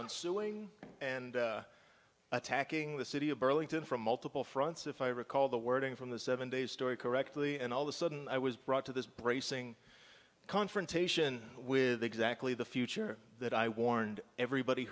on suing and attacking the city of burlington from multiple fronts if i recall the wording from the seven days story correctly and all the sudden i was brought to this bracing confrontation with exactly the future that i warned everybody